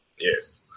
Yes